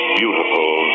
beautiful